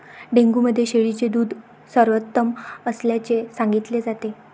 dengue मध्ये शेळीचे दूध सर्वोत्तम असल्याचे सांगितले जाते